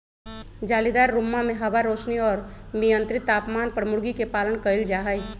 जालीदार रुम्मा में हवा, रौशनी और मियन्त्रित तापमान पर मूर्गी के पालन कइल जाहई